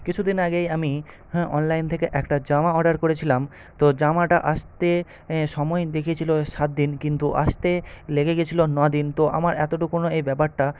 কিছুদিন আগেই আমি অনলাইন থেকে একটা জামা অর্ডার করেছিলাম তো জামাটা আসতে সময় দেখিয়েছিল সাতদিন কিন্তু আসতে লেগে গেছিল নয় দিন তো আমার এতটুকুও এই ব্যাপারটা